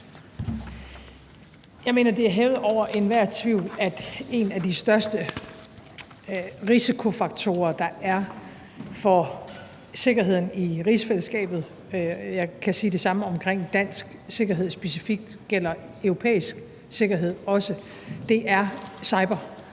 Jeg mener, det er hævet over enhver tvivl, at en af de største risikofaktorer, der er for sikkerheden i rigsfællesskabet – jeg kan sige, at det samme, som specifikt gælder dansk sikkerhed, også gælder europæisk sikkerhed – er cybertrusler.